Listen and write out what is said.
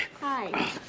Hi